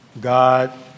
God